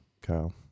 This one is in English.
Kyle